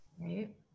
right